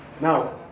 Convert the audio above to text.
Now